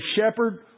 shepherd